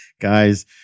Guys